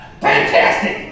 Fantastic